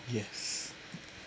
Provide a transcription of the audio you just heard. yes